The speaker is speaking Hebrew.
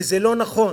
וזה לא נכון,